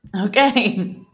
Okay